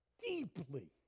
deeply